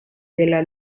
della